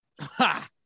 Ha